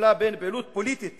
מפלה בין פעילות פוליטית